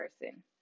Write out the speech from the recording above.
person